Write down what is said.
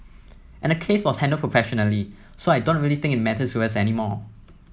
and the case was handled professionally so I don't really think it matters to us anymore